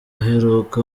aheruka